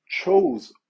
chose